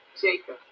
Jacob